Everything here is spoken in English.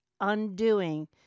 undoing